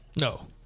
No